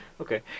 Okay